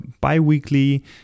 bi-weekly